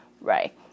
right